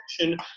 action